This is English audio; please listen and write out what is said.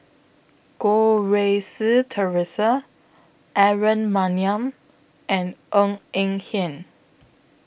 Goh Rui Si Theresa Aaron Maniam and Ng Eng Hen